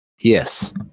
Yes